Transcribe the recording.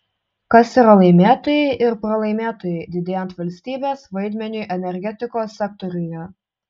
kas yra laimėtojai ir pralaimėtojai didėjant valstybės vaidmeniui energetikos sektoriuje